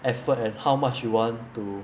effort and how much you want to